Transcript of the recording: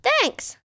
Thanks